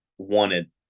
Wanted